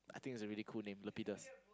I think it's a really cool name Lapidas